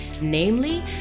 namely